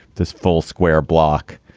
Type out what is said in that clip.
this full square block.